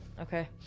Okay